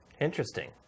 Interesting